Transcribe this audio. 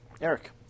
Eric